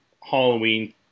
Halloween